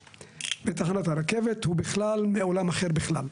ותחנת הרכבת הוא בכלל בעולם אחר בכלל.